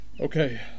Okay